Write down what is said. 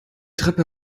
treppe